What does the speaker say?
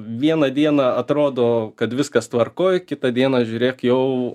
vieną dieną atrodo kad viskas tvarkoj kitą dieną žiūrėk jau